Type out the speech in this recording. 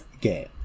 game